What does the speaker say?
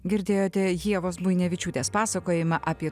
girdėjote ievos buinevičiūtė pasakojimą apie